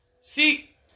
See